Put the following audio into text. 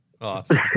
Awesome